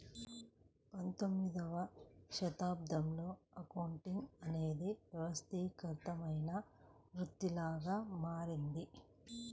పంతొమ్మిదవ శతాబ్దంలో అకౌంటింగ్ అనేది వ్యవస్థీకృతమైన వృత్తిలాగా మారింది